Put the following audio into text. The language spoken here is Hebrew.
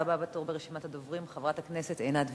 והבאה בתור ברשימת הדוברים, חברת הכנסת עינת וילף.